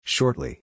Shortly